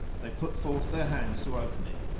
they put forth their hands to open it,